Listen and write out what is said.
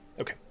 Okay